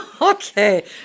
Okay